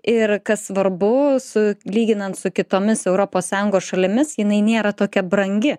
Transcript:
ir kas svarbu su lyginant su kitomis europos sąjungos šalimis jinai nėra tokia brangi